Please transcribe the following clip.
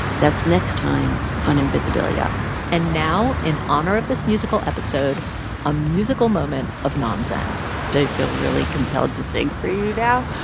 that's next time on invisibilia and now in honor of this musical episode a musical moment of non-zen i feel really compelled to sing for you now,